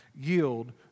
yield